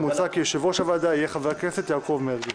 מוצע כי יושב ראש הוועדה יהיה חבר הכנסת יעקב מרגי.